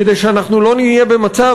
כדי שאנחנו לא נהיה במצב,